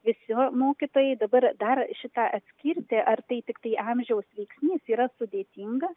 visi mokytojai dabar dar šitą atskirti ar tai tiktai amžiaus veiksnys yra sudėtinga